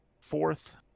Fourth